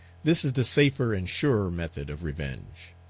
this is the safer and surer method of revenge.